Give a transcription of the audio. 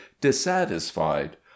dissatisfied